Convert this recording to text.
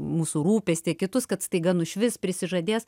mūsų rūpestį kitus kad staiga nušvis prisižadės